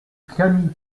camille